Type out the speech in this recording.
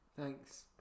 thanks